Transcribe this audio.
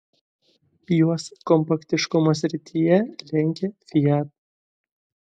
juos kompaktiškumo srityje lenkia fiat